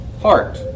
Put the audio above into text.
heart